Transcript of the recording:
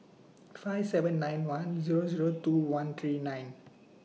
five seven nine one Zero Zero two one three nine